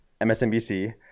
MSNBC